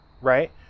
Right